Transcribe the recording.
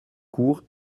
cour